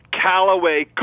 Callaway